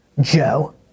Joe